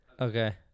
Okay